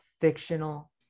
fictional